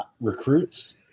recruits